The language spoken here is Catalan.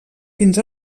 fins